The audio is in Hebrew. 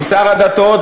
עם שר הדתות,